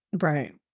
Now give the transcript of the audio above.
Right